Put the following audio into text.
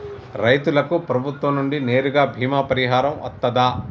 రైతులకు ప్రభుత్వం నుండి నేరుగా బీమా పరిహారం వత్తదా?